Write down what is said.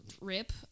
rip